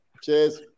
Cheers